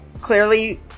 clearly